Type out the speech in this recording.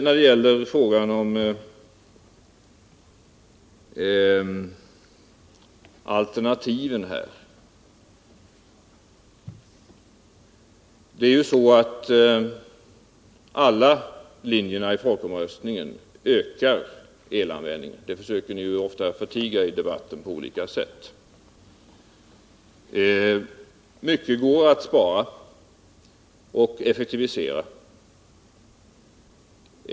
När det gäller folkomröstningsalternativen är det ju så att alla linjerna ökar elanvändningen. Det försöker ni ofta förtiga i debatten på olika sätt. Mycket går att spara, och mycket går att effektivisera.